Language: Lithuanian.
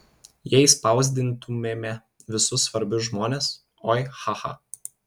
jei spausdintumėme visus svarbius žmones oi cha cha